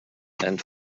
and